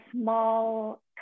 small